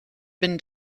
been